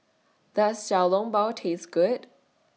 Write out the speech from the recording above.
Does Xiao Long Bao Taste Good